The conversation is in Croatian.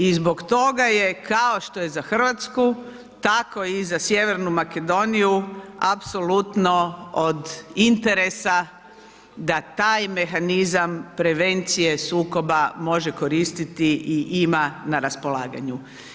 I zbog toga je kao što je za Hrvatsku, tako i za Sjevernu Makedoniju, apsolutno od interesa da taj mehanizam prevencije sukoba, može koristiti i ima na raspolaganju.